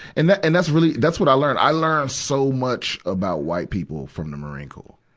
and that, and that's really, that's what i learned. i learned so much about white people from the marine corps.